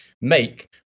make